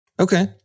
Okay